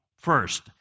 first